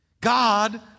God